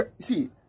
see